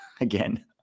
again